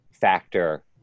factor